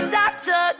doctor